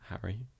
Harry